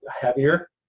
heavier